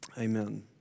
Amen